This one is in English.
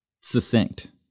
succinct